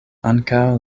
ankaŭ